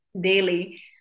daily